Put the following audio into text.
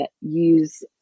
use